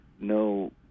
no